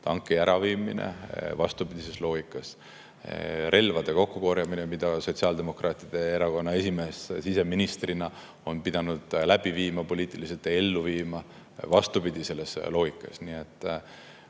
tanki äraviimine on vastupidises loogikas, relvade kokkukorjamine, mida sotsiaaldemokraatide erakonna esimees siseministrina on pidanud läbi viima, poliitiliselt ellu viima, on vastupidises loogikas.